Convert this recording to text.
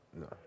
No